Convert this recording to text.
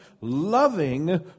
loving